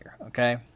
Okay